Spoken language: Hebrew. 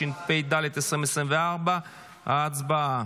התשפ"ד 2024. הצבעה.